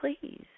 please